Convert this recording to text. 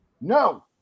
No